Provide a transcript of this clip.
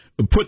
put